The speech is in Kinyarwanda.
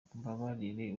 umbabarire